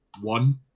one